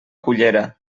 cullera